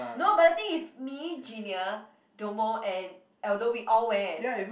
no but the thing is me Genia Domo and Aldo we all wear